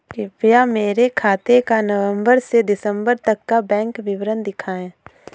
कृपया मेरे खाते का नवम्बर से दिसम्बर तक का बैंक विवरण दिखाएं?